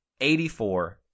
84